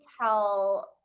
tell